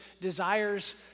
desires